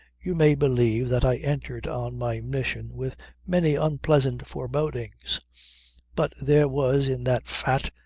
you may believe that i entered on my mission with many unpleasant forebodings but there was in that fat,